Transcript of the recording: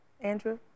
Andrew